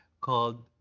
called